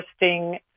interesting